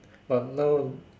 but now